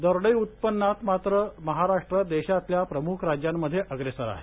दरडोई उत्पन्नात मात्र महाराष्ट्र देशातल्या प्रमुख राज्यांमध्ये अग्रेसर आहे